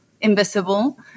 invisible